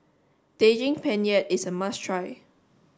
Daging Penyet is a must try